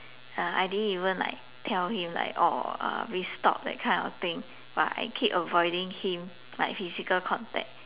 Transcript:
uh I didn't even like tell him like oh we stop that kind of thing but I keep avoiding him like physical contact